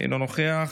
אינו נוכח,